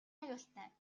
аюултай